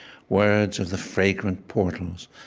words of the fragrant portals,